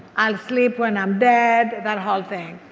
i'll sleep when i'm dead. that whole thing.